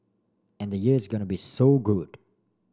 and the year's gonna be so good